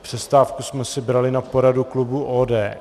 Přestávku jsme si brali na poradu klubu ODS.